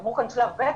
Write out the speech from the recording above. אמרו כאן שלב ב',